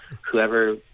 Whoever